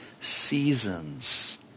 seasons